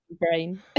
brain